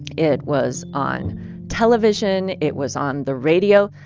it was on television. it was on the radio.